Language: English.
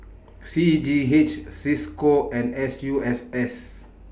C A G H CISCO and S U S S